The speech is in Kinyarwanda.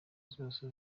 zose